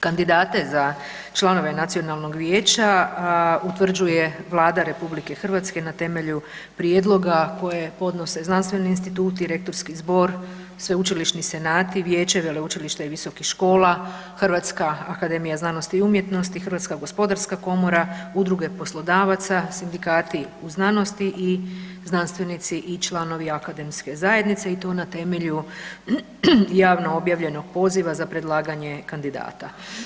Kandidate za članove nacionalnog vijeća utvrđuje Vlada RH na temelju prijedloga koje podnose znanstveni instituti, Rektorski zbor, sveučilišni senati, Vijeće veleučilišta i visokih škola, Hrvatska akademija znanosti i umjetnosti, HGK, udruge poslodavaca, sindikati u znanosti i znanstvenici i članovi akademske zajednice, i to na temelju javno objavljenog poziva za predlaganje kandidata.